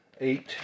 eight